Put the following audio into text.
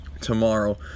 tomorrow